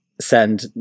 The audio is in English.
send